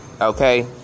okay